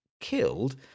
killed